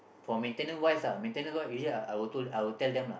for maintainence wise lah maintenance wise usually I I will told I will tell them lah